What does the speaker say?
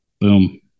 Boom